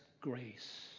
grace